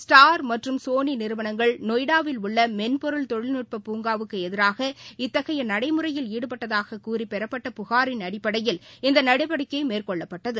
star மற்றும் சோனிநிறுவனங்கள் நொய்டாவில் உள்ளமென்பொருள் தொழில்நுட்ப பூங்காவுக்குஎதிராக இத்தகையநடைமுறையில் ஈடுபட்டதாகக் கூறிபெறப்பட்ட புகாரின் அடிப்படையில் இந்தநடவடிக்கைமேற்கொள்ளப்பட்டுள்ளது